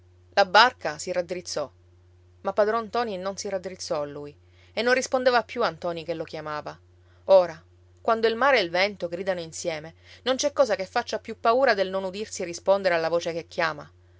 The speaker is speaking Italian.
la barca si raddrizzò ma padron ntoni non si raddrizzò lui e non rispondeva più a ntoni che lo chiamava ora quando il mare e il vento gridano insieme non c'è cosa che faccia più paura del non udirsi rispondere alla voce che chiama